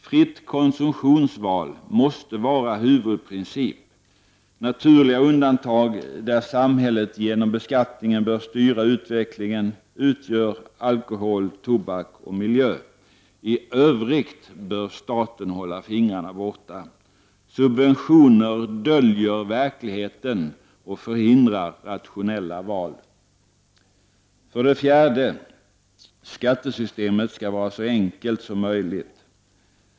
Fritt konsumtionsval måste vara huvudprincip. Naturliga undantag där samhället genom beskattningen bör styra utvecklingen utgör alkohol, tobak och miljö. I övrigt bör staten hålla fingrarna borta. Subventioner döljer verkligheten och förhindrar rationella val. För det fjärde: Skattesystemet skall vara så enkelt som möjligt.